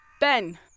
Ben